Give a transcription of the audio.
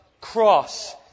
cross